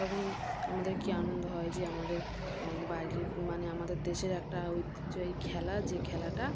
তখন আমাদের কী আনন্দ হয় যে আমাদের বাড়ির মানে আমাদের দেশের একটা ঐতিহ্যবাহী খেলা যে খেলাটা